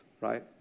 right